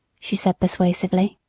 she said persuasively,